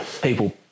people